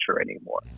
anymore